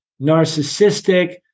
narcissistic